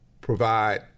provide